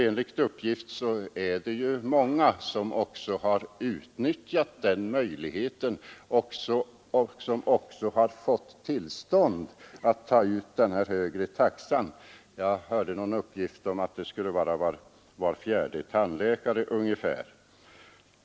Enligt uppgift är det många som har utnyttjat denna möjlighet och som också har fått tillstånd att ta ut denna högre taxa — enligt en uppgift jag hörde skulle det vara ungefär var fjärde tandläkare.